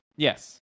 Yes